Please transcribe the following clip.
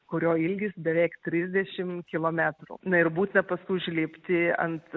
kurio ilgis beveik trisdešim kilometrų na ir būtina paskui užlipti ant